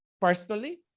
personally